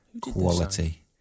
quality